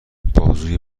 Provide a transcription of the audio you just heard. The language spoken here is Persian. بازوی